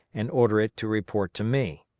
and order it to report to me.